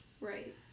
right